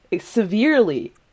severely